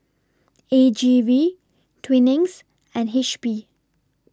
A G V Twinings and H P